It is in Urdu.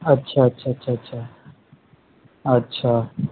اچھا اچھا اچھا اچھا اچھا اچھا